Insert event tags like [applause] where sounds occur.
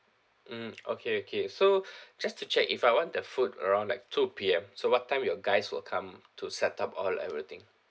mmhmm okay okay so [breath] just to check if I want the food around like two P_M so what time your guys will come to set up all everything